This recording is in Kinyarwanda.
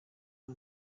nta